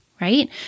Right